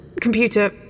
Computer